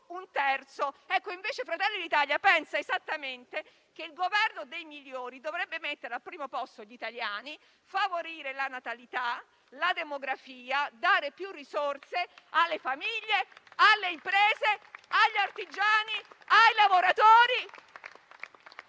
un terzo. Fratelli d'Italia pensa invece che il Governo dei migliori dovrebbe mettere al primo posto gli italiani, favorire la natalità e la demografia e dare più risorse alle famiglie, alle imprese, agli artigiani e ai lavoratori.